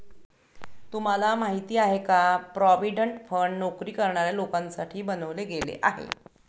तुम्हाला माहिती आहे का? प्रॉव्हिडंट फंड नोकरी करणाऱ्या लोकांसाठी बनवले गेले आहे